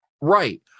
Right